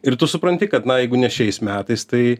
ir tu supranti kad na jeigu ne šiais metais tai